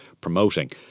promoting